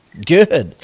Good